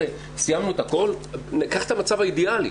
סיימנו את הכל, ניקח את המצב האידיאלי.